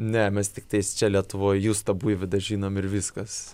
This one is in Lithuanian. ne mes tiktais čia lietuvoj justą buividą žinom ir viskas